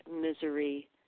misery